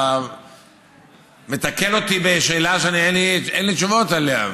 אתה מתקל אותי בשאלה שאין לי תשובות עליה,